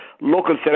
local